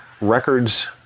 records